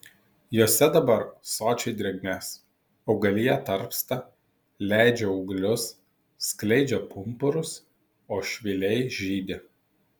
jose dabar sočiai drėgmės augalija tarpsta leidžia ūglius skleidžia pumpurus o švyliai žydi